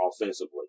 offensively